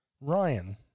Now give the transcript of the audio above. Ryan